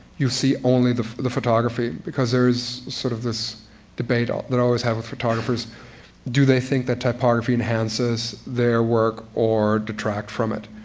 you see only the the photography. because there is sort of this debate um that i always have with photographers do they think that typography enhances their work or detracts from it?